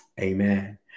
Amen